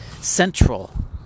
central